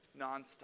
nonstop